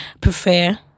prefer